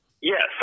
yes